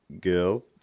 girl